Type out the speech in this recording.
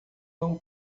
não